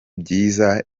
byiza